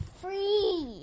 free